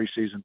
preseason